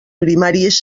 primàries